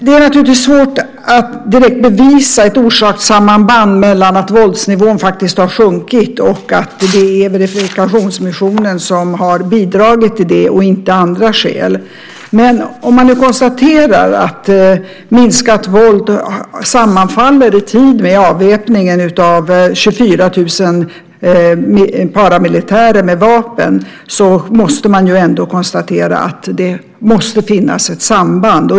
Det är naturligtvis svårt att direkt bevisa ett orsakssamband mellan att våldsnivån faktiskt har sjunkit och att det är verifikationsmissionen som har bidragit till det och inte andra skäl. Men om man nu konstaterar att minskat våld i tid sammanfaller med avväpningen av 24 000 paramilitärer med vapen kan man ändå konstatera att det måste finnas ett samband.